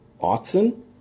oxen